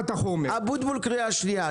אבוטבול, קריאה שנייה.